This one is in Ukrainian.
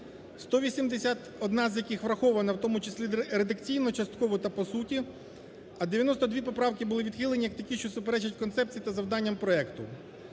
181 з яких врахована, в тому числі редакційно, частково та по суті, а 92 поправки були відхилені як такі, що суперечать концепції та завданням проекту.